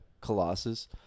Colossus